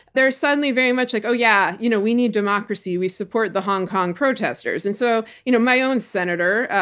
they're suddenly very much like, oh, yeah. you know we need democracy. we support the hong kong protesters. and so you know my own senator,